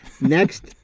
Next